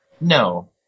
No